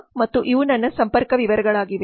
Biplab Datta ಮತ್ತು ಇವು ನನ್ನ ಸಂಪರ್ಕ ವಿವರಗಳಾಗಿವೆ